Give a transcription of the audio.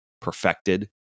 perfected